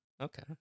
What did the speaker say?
Okay